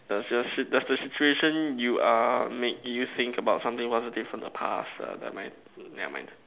does your sit does the situation you are make you think about something positive in the past uh never mind never mind